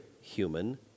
human